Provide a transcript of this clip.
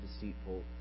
deceitful